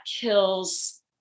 kills